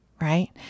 Right